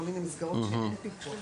כל מיני מסגרות שאין בהן פיקוח.